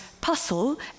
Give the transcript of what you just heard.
puzzle